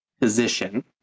position